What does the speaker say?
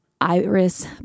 Iris